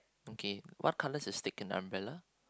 okay what colours a stick and umbrella